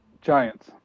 Giants